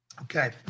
Okay